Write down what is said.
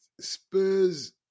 Spurs